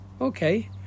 okay